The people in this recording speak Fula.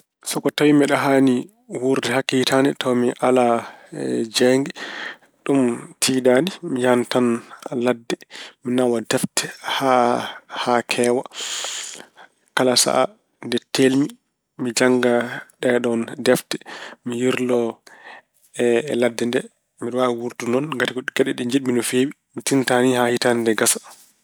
So ko tawi mbeɗa haani wuurde hakke hitaande tawi mi alaa jeeynge, ɗum tiɗaani. Mi yahan tan ladde mi nawa defte haa heewa kala sahaa nde teel-mi, mi jannga ɗeeɗoon defte, mi yirlo e ladde nde. Mbeɗe waawi wuurdude noon ngati ko geɗe ɗe njiɗ-mi no feewi. Mi tinataa ni haa hitaande nde gasa.